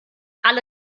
alle